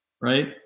Right